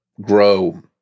grow